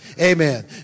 Amen